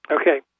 Okay